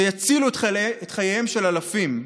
שיצילו את חייהם של אלפים.